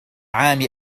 عام